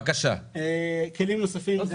כלים נוספים.